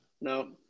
No